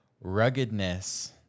Ruggedness